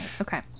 okay